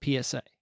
PSA